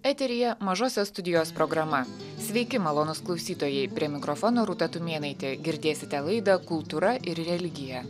eteryje mažosios studijos programa sveiki malonūs klausytojai prie mikrofono rūta tumėnaitė girdėsite laidą kultūra ir religija